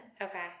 Okay